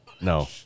No